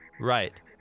Right